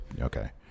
Okay